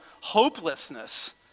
hopelessness